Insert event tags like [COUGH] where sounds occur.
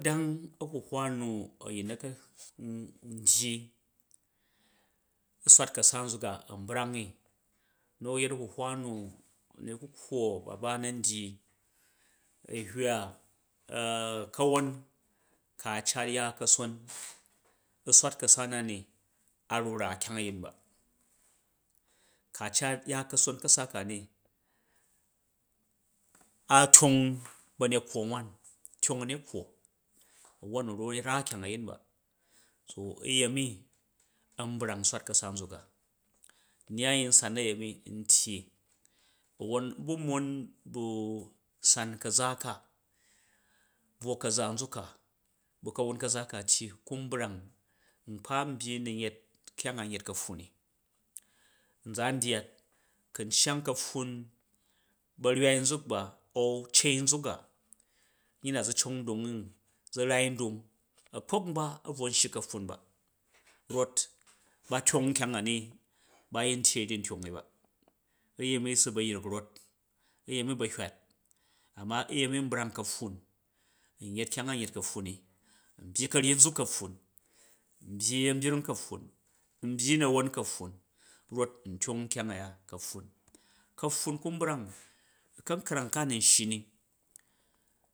A̱gbodong a̱huhwa nu a̱yin na ka [HESITATION] ndyi u̱ swat ka̱sa nzuk a a̱n brang i nu a̱ yet a̱ huhwa mu wani a̱kukkwo baba na̱ ndyi a̱ hywa [HESITATION] ka̱won ka cat ya ka̱son [NOISE] u̱ swar ka̱sa nani a̱ rai ra kyang a̱yin ba ka cat ya ka̱son a̱ ka̱sa ka ni a̱ tyong ba̱nekkwo wan, tyong a̱nekkwo, won u ra kyong a̱yin ba, so uyemi n brang u̱ swat ka̱sa nzak a nyai n yin nsan a̱yemi ntyi a̱won n ba mon bu san ka̱za̱ ka buwo ka̱za nzuk ka bu̱ ka̱wun ka̱za ka̱ tyi ku n brang nkpa n bgyi n yet kyang a n yet ka̱pffun ni nzan n dyaat ku n cyang ka̱pffun ba̱rywai nzuk ba an cei nzuk a nyi na za cong ndungi zu̱ rai ndung a̱kpa̱k nba a̱ bro nshyi ka̱pffun ba rot ba tyong nkyang a̱ ni ba yin nfyyei di nfyong i ba, uyemi su ba̱ yrik rot, uyemi ba hywat amma ytemi nbrang ka̱pffun n yet kyang a n yet ka̱pffun ni, nbyyi ka̱ryi nzuk ka̱pffun nm bgyi a̱nbyring ka̱pffun, n byyi na̱won ka̱pffun rof n tyong nkyang a̱ ya ka̱pffun, ka̱pffun ku nbrang u̱ ka̱nkrang ka u̱ nun shyi ni.